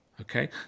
Okay